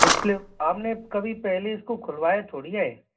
display आपने कभी पहले इसको खुलवाया थोड़ी है